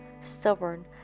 stubborn